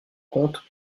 compte